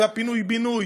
הפינוי-בינוי